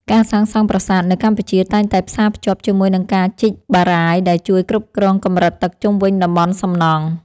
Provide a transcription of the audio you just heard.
ការសាងសង់ប្រាសាទនៅកម្ពុជាតែងតែផ្សារភ្ជាប់ជាមួយនឹងការជីកបារាយណ៍ដែលជួយគ្រប់គ្រងកម្រិតទឹកជុំវិញតំបន់សំណង់។